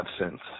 absence